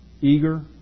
eager